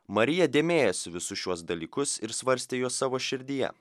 marija dėmėjosi visus šiuos dalykus ir svarstė juos savo širdyje